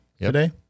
today